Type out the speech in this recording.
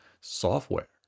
software